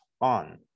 on